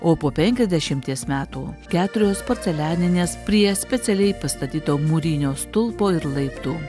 o po penkiasdešimties metų keturios porcelianinės prie specialiai pastatyto mūrinio stulpo ir laiptų